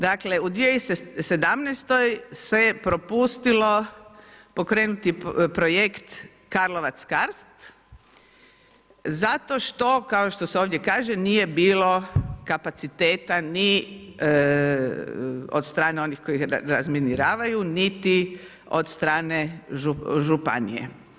Dakle, u 2017. se je propustilo pokrenuti projekt Karlovac Carst, zato što kao što se ovdje kaže, nije bilo kapaciteta ni od strane onih koji razminiravaju, niti od strane županije.